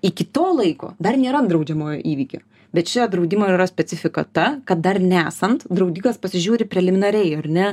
iki to laiko dar nėra apdraudžiamojo įvykio bet čia draudimo ir yra specifika ta kad dar nesant draudikas pasižiūri preliminariai ar ne